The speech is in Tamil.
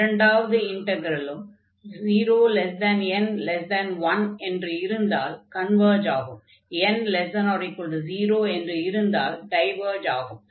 இரண்டாவது இன்டக்ரலும் 0n1 என்று இருந்தால் கன்வர்ஜ் ஆகும் n≤0 என்று இருந்தால் டைவர்ஜ் ஆகும்